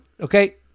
okay